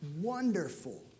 wonderful